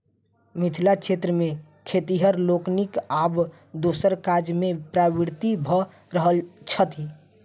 मिथिला क्षेत्र मे खेतिहर लोकनि आब दोसर काजमे प्रवृत्त भ रहल छथि